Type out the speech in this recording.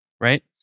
right